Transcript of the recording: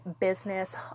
business